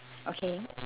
okay